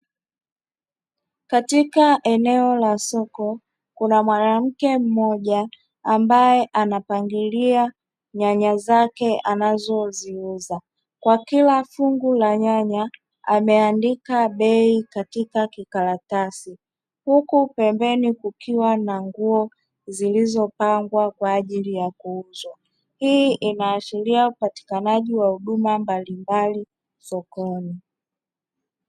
Katika eneo la soko, kuna mwanamke mmoja ambaye anapangilia nyanya zake anazoziuza; kwa kila fungu la nyanya ameandika bei katika kikaratasi, huku pembeni kukiwa na nguo zilizopangwa kwa ajili ya kuuzwa. Hii inaashiria upatikanaji wa huduma mbalimbali sokoni.